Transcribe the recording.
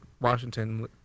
Washington